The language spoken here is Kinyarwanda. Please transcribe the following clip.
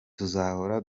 tuzahora